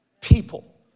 people